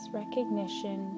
recognition